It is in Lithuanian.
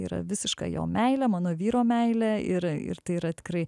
yra visiška jo meilė mano vyro meilė ir ir tai yra tikrai